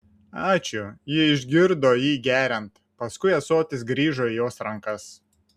ačiū ji išgirdo jį geriant paskui ąsotis grįžo įjos rankas